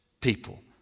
people